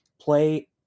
play